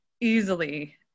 easily